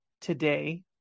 today